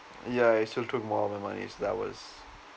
ya he still took more of my money there was